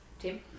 Tim